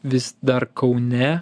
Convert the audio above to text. vis dar kaune